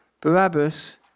Barabbas